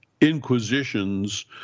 inquisitions